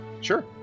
Sure